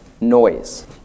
noise